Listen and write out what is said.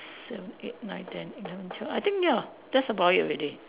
seven eight nine ten eleven twelve I think ya that's about it already